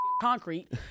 concrete